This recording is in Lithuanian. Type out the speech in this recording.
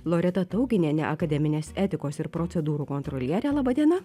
loreta tauginiene akademinės etikos ir procedūrų kontroliere laba diena